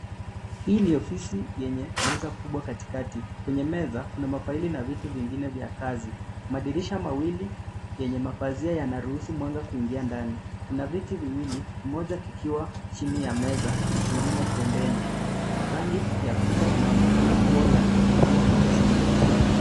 Hii ni ofisi yenye meza kubwa katikati, kwenye meza kuna mafaili na vitu vingine vya kazi. Madirisha mawili yenye mapazia yanaruhusu mwanga kuingia ndani, kuna viti viwili kimoja kikiwa chini ya meza, na kingine pembeni. Rangi ya kuta inaonekana kuwa ya kahawia au chungwa.